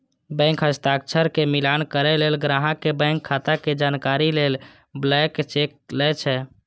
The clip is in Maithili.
बैंक हस्ताक्षर के मिलान करै लेल, ग्राहक के बैंक खाता के जानकारी लेल ब्लैंक चेक लए छै